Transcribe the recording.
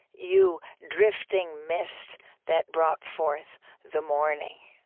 you drifting mist that brought forth the morning.